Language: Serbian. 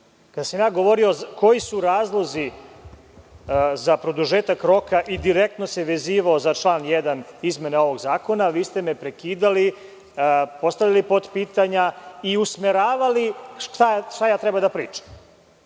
Kada sam ja govorio o tome koji su razlozi za produžetak roka i direktno se vezivao za član 1. izmene ovog zakona, vi ste me prekidali, postavljali potpitanja i usmeravali šta treba da pričam.